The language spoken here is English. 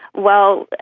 well,